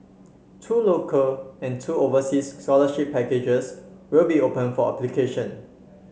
two local and two overseas scholarship packages will be open for application